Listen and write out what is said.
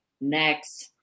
next